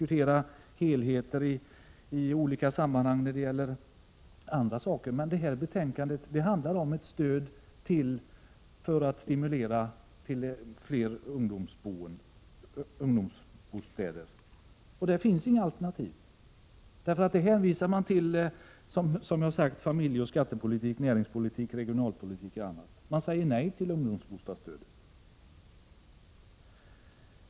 Detta förslag kan naturligtvis diskuteras ur andra aspekter, men vad betänkandet handlar om är ett stöd för stimulans till flera ungdomsbostäder. Det finns inget alternativ till detta. Man hänvisar, som sagt, till familjeoch skattepolitik, näringspolitik, regionalpolitik och annat, men man säger nej till ungdomsbostadsstödet.